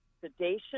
sedation